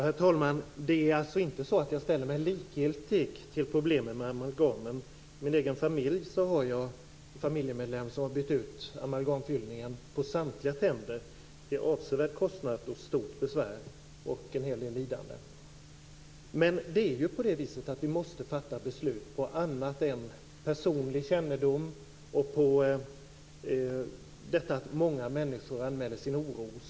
Herr talman! Det är inte så att jag ställer mig likgiltig till problemen med amalgamet. I min egen familj har jag en familjemedlem som har bytt ut amalgamfyllningen på samtliga tänder till avsevärd kostnad och stort besvär, och en hel del lidande. Vi måste fatta beslut på annat än personlig kännedom och att många människor anmäler sin oro.